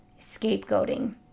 scapegoating